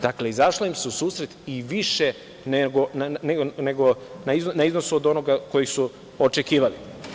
Dakle, izašlo im se u susret i više nego na iznosu od onoga koji su očekivali.